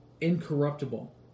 incorruptible